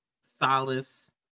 solace